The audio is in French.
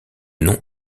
nom